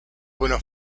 buena